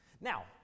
Now